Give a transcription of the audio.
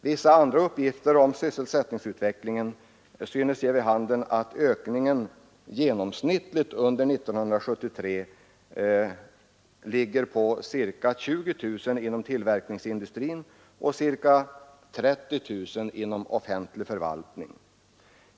Vissa andra uppgifter om sysselsättningsutvecklingen synes ge vid handen att ökningen genomsnittligt under 1973 ligger på 20 000 inom tillverkningsindustrin och ca 30 000 inom offentlig förvaltning.